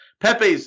Pepe's